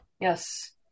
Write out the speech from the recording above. yes